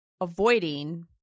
avoiding